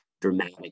dramatic